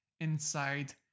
inside